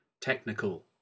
technical